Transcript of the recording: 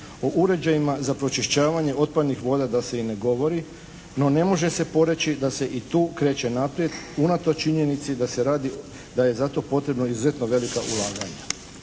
O uređajima za pročišćavanje otpadnih voda da se i ne govori, no ne može se poreći da se i tu kreće naprijed unatoč činjenici da se radi, da je za to potrebno izuzetno velika ulaganja.